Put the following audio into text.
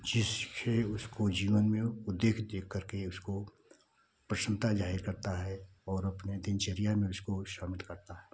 जिससे उसको जीवन में उ देख देख करके उसको प्रसन्नता ज़ाहिर करता है और अपने दिनचर्या में उसको शामिल करता है